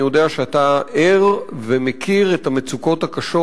אני יודע שאתה ער ומכיר את המצוקות הקשות,